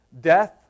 Death